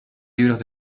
libros